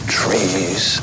trees